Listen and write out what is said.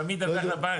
אבל מי ידווח לבנק?